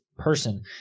person